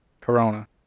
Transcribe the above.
Corona